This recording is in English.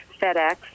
FedEx